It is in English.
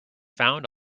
found